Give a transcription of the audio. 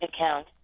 account